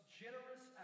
generous